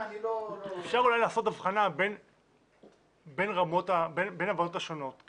אפשר אולי לעשות הבחנה בין הוועדות השונות,